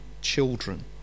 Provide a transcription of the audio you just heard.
children